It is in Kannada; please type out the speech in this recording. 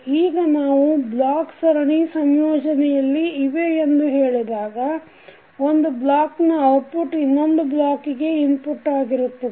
ಈಗ ನಾವು ಬ್ಲಾಕ್ ಸರಣಿ ಸಂಯೋಜನೆಯಲ್ಲಿ ಇವೆ ಎಂದು ಹೇಳಿದಾಗ ಒಂದು ಬ್ಲಾಕ್ ನ ಔಟ್ಪುಟ್ ಇನ್ನೊಂದು ಬ್ಲಾಕಿಗೆ ಇನ್ಪುಟ್ ಆಗಿರುತ್ತದೆ